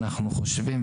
אנחנו חושבים.